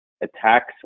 attacks